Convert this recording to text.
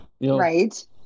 Right